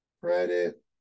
credit